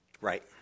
Right